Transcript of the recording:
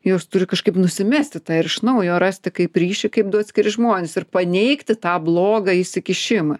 jos turi kažkaip nusimesti tą ir iš naujo rasti kaip ryšį kaip du atskiri žmonės ir paneigti tą blogą įsikišimą